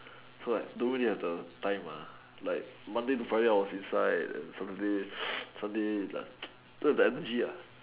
so like don't really have the time ah like Monday to Friday I was inside and Saturday Sunday don't have the energy ah